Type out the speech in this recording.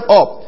up